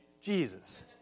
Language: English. Jesus